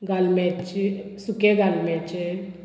गालम्याचे सुके गालम्याचे